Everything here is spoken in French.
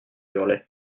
hurlaient